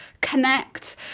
connect